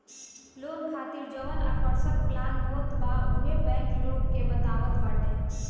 loan खातिर जवन आकर्षक प्लान होत बा उहो बैंक लोग के बतावत बाटे